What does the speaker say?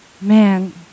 man